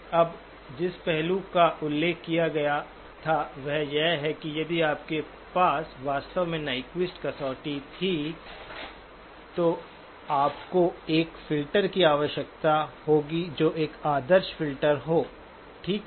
अब जिस पहलू का उल्लेख किया गया था वह यह है कि यदि आपके पास वास्तव में नाइक्वेस्ट कसौटी थी तो आपको एक फ़िल्टर की आवश्यकता होगी जो एक आदर्श फ़िल्टर हो ठीक है